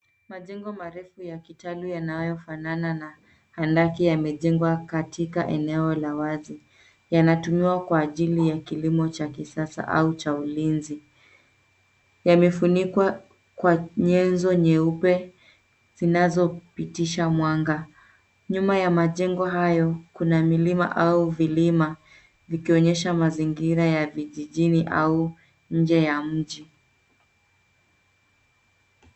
Majengo marefu ya kitalu yanayofanana na andaki yamejengwa katika eneo la wazi, yanatumiwa kwa ajili ya kilimo cha kisasa au cha ulinzi. Yamefunikwa kwa nyenzo nyeupe zinazopitisha mwanga. Nyuma ya majengo hayo kuna milima au vilima vikionyesha mazingira ya vijijini au nje ya mji.